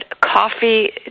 Coffee